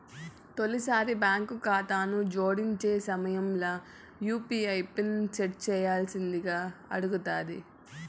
తొలిసారి బాంకు కాతాను జోడించే సమయంల యూ.పీ.ఐ పిన్ సెట్ చేయ్యాల్సిందింగా అడగతాది